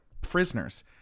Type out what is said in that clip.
prisoners